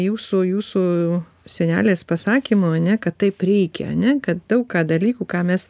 jūsų jūsų senelės pasakymu ane kad taip reikia ane kad daug ką dalykų ką mes